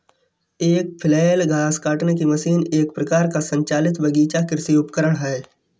एक फ्लैल घास काटने की मशीन एक प्रकार का संचालित बगीचा कृषि उपकरण है